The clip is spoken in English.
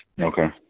Okay